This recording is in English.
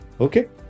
okay